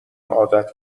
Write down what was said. عادت